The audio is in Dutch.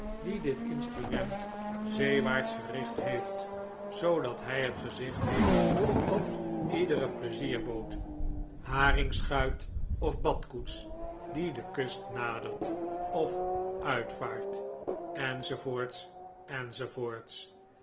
die dit instrument zeewaarts gericht heeft zoodat hij het gezicht heeft op iedere pleizierboot haringschuit of badkoets die de kust nadert of uitvaart